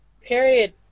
Period